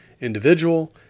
individual